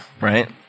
right